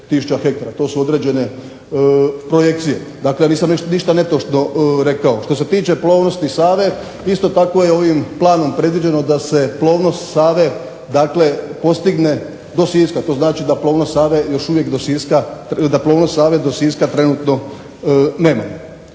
To su određene projekcije. Dakle, ja nisam ništa netočno rekao. Što se tiče plovnosti Save isto tako je ovim planom predviđeno da se plovnost Save dakle postigne do Siska. To znači da plovnost Save još uvijek do Siska trenutno nema.